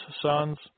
sons